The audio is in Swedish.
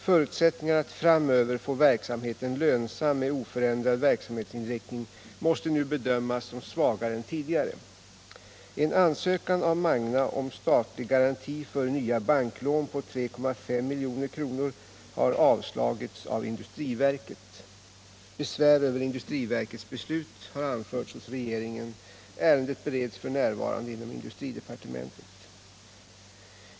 Förutsättningarna att framöver få verksamheten lönsam med oförändrad verksamhetsinriktning måste nu bedömas som svagare än tidigare. En ansökan av Magna om statlig garanti för nya banklån på 3,5 milj.kr. har avslagits av industriverket. Besvär över industriverkets beslut har anförts hos regeringen. Ärendet bereds f. n. inom industridepartementet.